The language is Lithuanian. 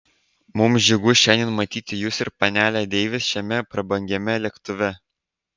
mums džiugu šiandien matyti jus ir panelę deivis šiame prabangiame lėktuve